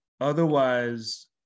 Otherwise